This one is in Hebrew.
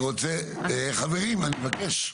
חברים, אני מבקש.